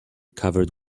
covered